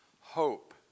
hope